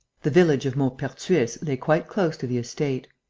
the village of maupertuis lay quite close to the estate.